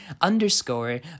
underscore